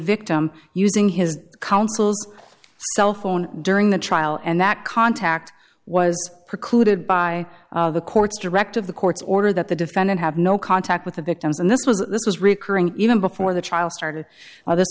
victim using his counsel's cell phone during the trial and that contact was precluded by the court's directive the court's order that the defendant had no contact with the victims and this was this was recurring even before the trial started all this